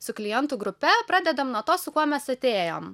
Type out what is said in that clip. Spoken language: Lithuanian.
su klientų grupe pradedam nuo to su kuo mes atėjom